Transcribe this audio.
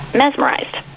mesmerized